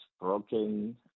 broken